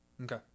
okay